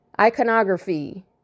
iconography